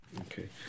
Okay